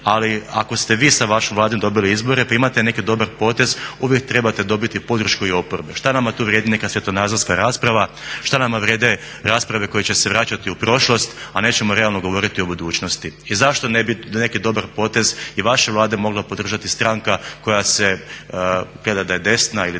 ali ako ste vi sa vašom Vladom dobili izbore, pa imate neki dobar potez, uvijek trebate dobiti i podršku i oporbe. Šta nama tu vrijedi neka svjetonazorska rasprava, šta nama vrijede rasprave koje će se vraćati u prošlost a nećemo realno govoriti o budućnosti? I zašto ne bi neki dobar potez i vaše Vlade mogla podržati stranka koja se …/Govornik se ne